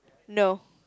no